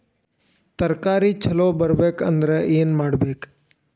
ತರಕಾರಿ ಛಲೋ ಬರ್ಬೆಕ್ ಅಂದ್ರ್ ಏನು ಮಾಡ್ಬೇಕ್?